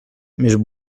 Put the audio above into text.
més